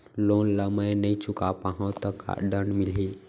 Loan ला मैं नही चुका पाहव त का दण्ड मिलही?